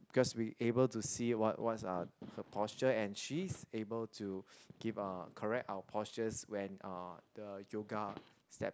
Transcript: because we able to see what what's uh her posture and she's able to give uh correct our postures when uh the yoga step